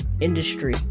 industry